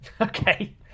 Okay